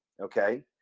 okay